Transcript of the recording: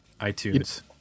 iTunes